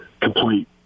complete